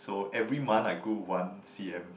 so every month I grew one c_m